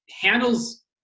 handles